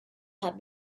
had